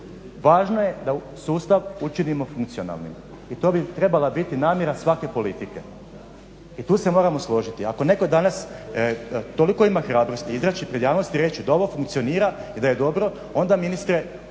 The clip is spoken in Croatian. važno je da sustav učinimo funkcionalnim i to bi trebala biti namjera svake politike i tu se moramo složiti. Ako netko danas toliko ima hrabrosti izaći pred javnost i reći da ovo funkcionira i da je dobro onda ministre